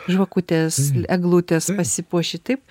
žvakutės eglutės pasipuoši taip